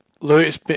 louis